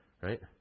Right